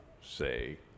say